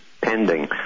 pending